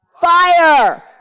fire